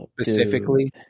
specifically